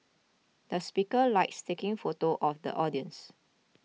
the speaker likes taking photos of the audience